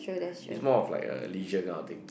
is more of like a leisure kind of thing